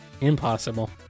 Impossible